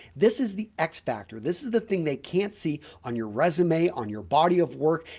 this is the x-factor this is the thing they can't see on your resume on your body of work.